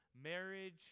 marriage